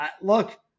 look